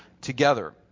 together